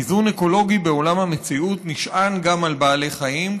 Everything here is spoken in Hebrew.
איזון אקולוגי בעולם המציאות נשען גם על בעלי החיים,